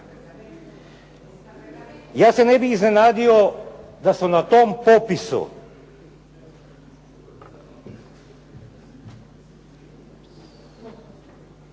Ja se ne bih iznenadio da su na tom popisu.